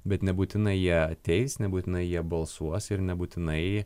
bet nebūtinai jie ateis nebūtinai jie balsuos ir nebūtinai